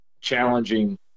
challenging